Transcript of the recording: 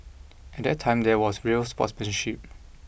at that time there was real sportsmanship